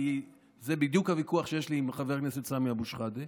כי זה בדיוק הוויכוח שיש לי עם חבר הכנסת סמי אבו שחאדה.